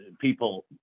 people